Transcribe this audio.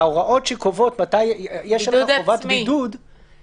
ההוראות שקובעות מתי יש חובת בידוד --- בידוד עצמי.